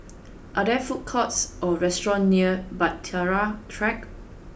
are there food courts or restaurants near Bahtera Track